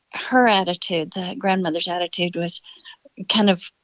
her attitude the grandmother's attitude was kind of,